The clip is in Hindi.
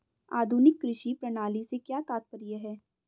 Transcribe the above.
आधुनिक कृषि प्रणाली से क्या तात्पर्य है?